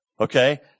okay